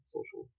Social